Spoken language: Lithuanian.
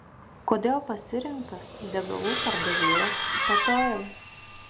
kodėl pasirinktas degalų pardavėjas statoil